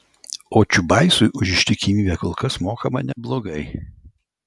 o čiubaisui už ištikimybę kol kas mokama neblogai